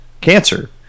cancer